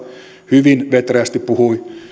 hyvin vetreästi puhui